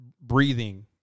breathing